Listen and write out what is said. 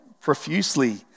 profusely